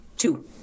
Two